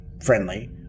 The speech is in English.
friendly